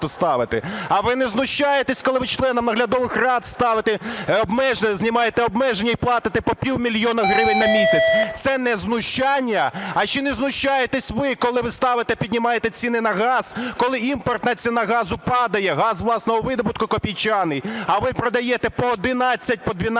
А ви не знущаєтеся, коли ви членам наглядових рад знімаєте обмеження і платите по півмільйона гривень на місяць? Це не знущання? А чи не знущаєтесь ви, коли ви ставите, піднімаєте ціни на газ, коли імпортна ціна газу падає, газ власного видобутку копійчаний, а ви продаєте по 11, по 12